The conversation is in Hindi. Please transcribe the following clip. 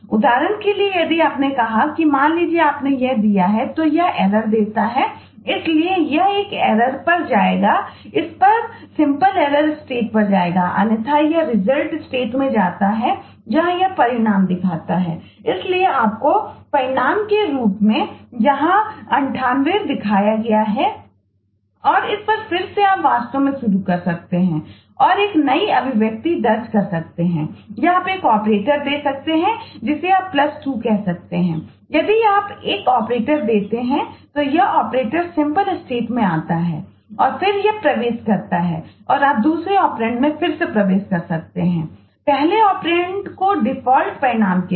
उदाहरण के लिए यदि आपने कहा है कि मान लीजिए कि आपने यह दिया है तो यह एरर परिणामों के साथ